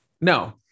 no